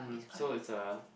so it's a